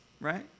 right